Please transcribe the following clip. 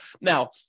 Now